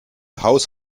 haus